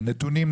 נתונים.